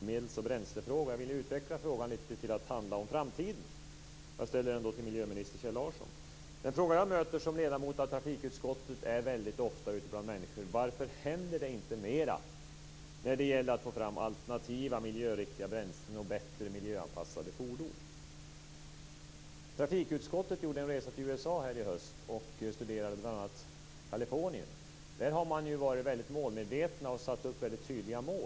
Herr talman! Jag har en fråga på samma ämnesområde som Johnny Gylling tidigare var inne på, bl.a. bränslefrågan. Jag vill utveckla frågan till att handla om framtiden, och jag ställer den till miljöminister Som ledamot av trafikutskottet möter jag ofta frågan från människor: Varför händer det inte mera när det gäller att få fram alternativa, miljöriktiga bränslen och bättre miljöanpassade fordon? Vi i trafikutskottet gjorde en resa till USA nu i höst och studerade bl.a. Kalifornien. Där har man varit väldigt målmedveten och satt upp tydliga mål.